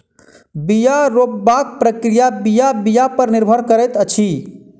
बीया रोपबाक प्रक्रिया बीया बीया पर निर्भर करैत अछि